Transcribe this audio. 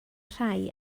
rhai